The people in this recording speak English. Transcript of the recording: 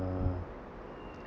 uh